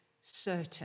certain